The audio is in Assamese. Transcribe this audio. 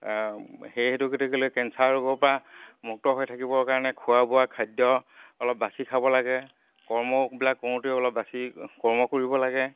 সেই হেতুকেটোকে লৈ কেঞ্চাৰ ৰোগৰ পৰা মুক্ত হৈ থাকিবৰ কাৰণে খোৱা বোৱা খাদ্য অলপ বাচি খাব লাগে কৰ্মবিলাক কৰোতেও অলপ বাছি কৰ্ম কৰিব লাগে